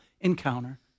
encounter